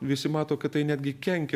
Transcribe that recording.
visi mato kad tai netgi kenkia